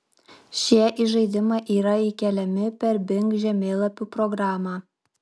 šie į žaidimą yra įkeliami per bing žemėlapių programą